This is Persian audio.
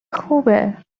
خوبه